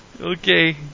Okay